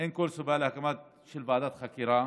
אין כל סיבה להקמת ועדת חקירה